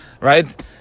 Right